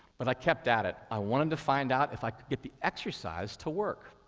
but i kept at it. i wanted to find out if i could get the exercise to work.